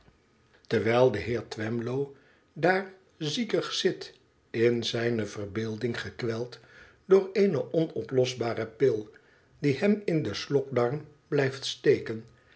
terwijl de heer twemlow daar ziekig zit in zijne verbeelding gekweld door eene onoplosbare pil die hem in den slokdarm blijft steken